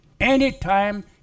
Anytime